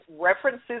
references